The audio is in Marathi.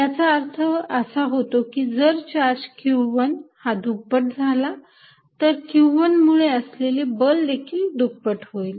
याचा अर्थ असा होतो की जर चार्ज Q1 हा दुप्पट झाला तर Q1 मुळे असलेले बल देखील दुप्पट होईल